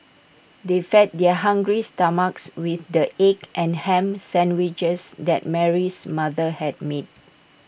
they fed their hungry stomachs with the egg and Ham Sandwiches that Mary's mother had made